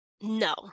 No